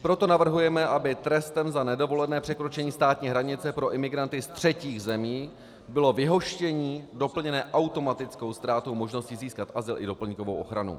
Proto navrhujeme, aby trestem za nedovolené překročení státní hranice pro imigranty ze třetích zemí bylo vyhoštění doplněné automatickou ztrátou možnosti získat azyl i doplňkovou ochranu.